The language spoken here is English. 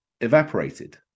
evaporated